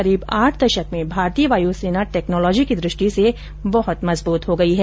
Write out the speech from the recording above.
करीब आठ दशक में भारतीय वायुसेना टेक्नॉलाजी की दृष्टि से बहुत मजबूत हो गई है